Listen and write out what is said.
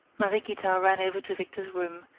mariequita ran over to victor's room,